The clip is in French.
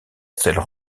celles